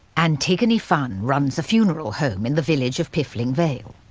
antigone funn runs a funeral home in the village of piffling vale.